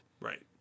Right